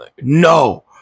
no